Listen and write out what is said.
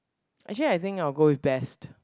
actually I think I will go with best